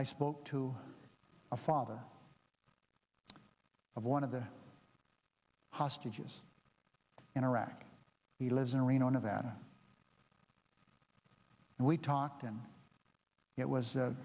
i spoke to a father of one of the hostages in iraq he lives in reno nevada and we talked to him it was a